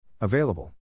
Available